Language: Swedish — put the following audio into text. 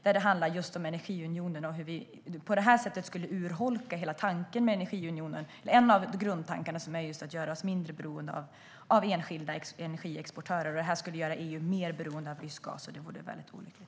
Det handlar just om energiunionen och hur vi på det här sättet skulle urholka en av grundtankarna med energiunionen som handlar om att göra oss mindre beroende av enskilda energiexportörer. Det här skulle göra EU mer beroende av rysk gas, och det vore väldigt olyckligt.